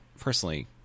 Personally